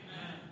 Amen